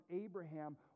Abraham